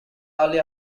early